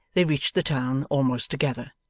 they reached the town almost together.